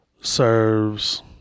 serves